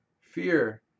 fear